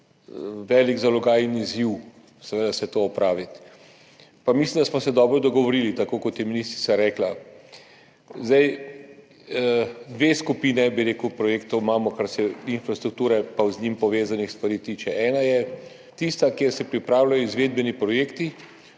velik zalogaj in izziv vse to opraviti, pa mislim, da smo se dobro dogovorili, tako kot je ministrica rekla. Rekel bi, da imamo dve skupini projektov, kar se infrastrukture in z njo povezanih stvari tiče. Ena je tista, kjer se pripravljajo izvedbeni projekti